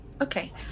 Okay